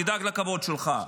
"תדאג לכבוד שלך"